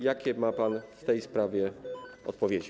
Jakie ma pan w tej sprawie odpowiedzi?